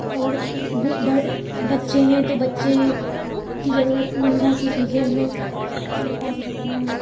अगर वो बड़े बच्चे हैं तो बच्चे की ज़रूरतमंदा की चीजे़ं हमें अपने पास रखना है